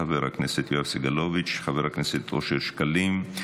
חבר הכנסת יואב סגלוביץ'; חבר הכנסת אושר שקלים,